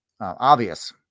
obvious